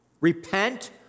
Repent